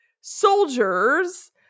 soldiers